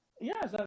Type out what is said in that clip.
yes